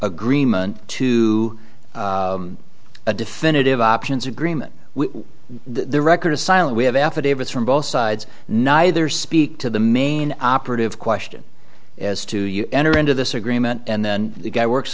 agreement to a definitive options agreement we the record is silent we have affidavits from both sides neither speak to the main operative question as to you enter into this agreement and then the guy works